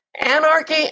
Anarchy